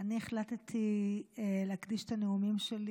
אני החלטתי להקדיש את הנאומים שלי